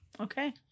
okay